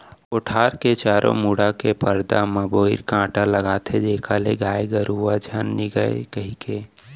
कोठार के चारों मुड़ा के परदा म बोइर कांटा लगाथें जेखर ले गाय गरुवा झन निगय कहिके